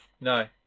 No